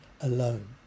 alone